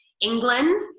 England